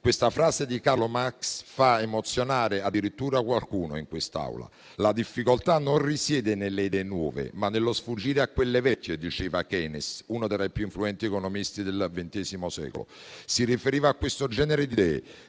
questa frase di Karl Marx fa emozionare addirittura qualcuno in quest'Aula. «La difficoltà non risiede nelle idee nuove, ma nello sfuggire a quelle vecchie»: così diceva Keynes, uno dei più influenti economisti del XX secolo. Si riferiva a questo genere di idee,